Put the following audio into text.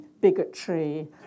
bigotry